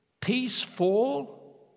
peaceful